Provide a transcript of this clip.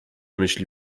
myśli